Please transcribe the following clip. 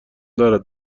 دارد